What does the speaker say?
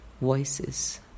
voices